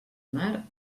mar